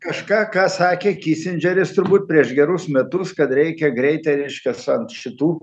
kažką ką sakė kisindžeris turbūt prieš gerus metus kad reikia greitai reiškias ant šitų